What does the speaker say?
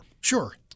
Sure